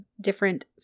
different